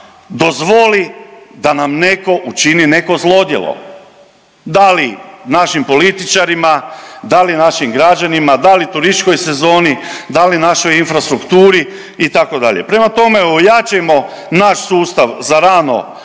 dozvoli da nam netko učini neko zlodjelo da li našim političarima, da li našim građanima, da li turističkoj sezoni, da li našoj infrastrukturi itd. Prema tome, ojačajmo naš sustav za rano